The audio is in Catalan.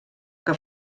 que